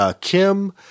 Kim